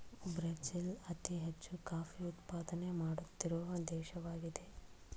Brazil ಅತಿ ಹೆಚ್ಚು coffee ಉತ್ಪಾದನೆ ಮಾಡುತ್ತಿರುವ ದೇಶವಾಗಿದೆ